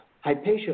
Hypatia